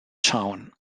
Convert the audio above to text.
town